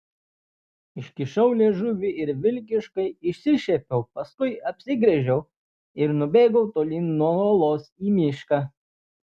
iškišau liežuvį ir vilkiškai išsišiepiau paskui apsigręžiau ir nubėgau tolyn nuo olos į mišką